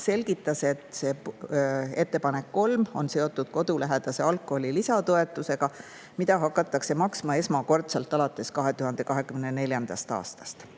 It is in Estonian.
selgitas, et ettepanek 3 on seotud kodulähedase algkooli lisatoetusega, mida hakatakse esmakordselt maksma alates 2024. aastast.